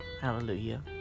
Hallelujah